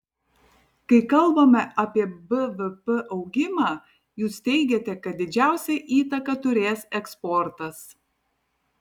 kai kalbame apie bvp augimą jūs teigiate kad didžiausią įtaką turės eksportas